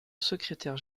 secrétaire